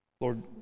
Lord